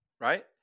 Right